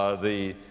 ah the,